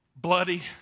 bloody